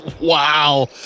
wow